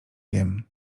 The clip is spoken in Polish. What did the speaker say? wiem